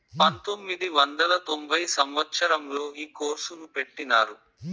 పంతొమ్మిది వందల తొంభై సంవచ్చరంలో ఈ కోర్సును పెట్టినారు